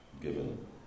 given